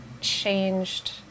changed